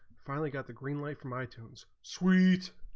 finally got the green light from items suite